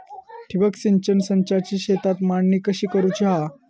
ठिबक सिंचन संचाची शेतात मांडणी कशी करुची हा?